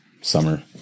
summer